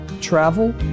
travel